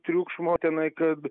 triukšmo tenai kad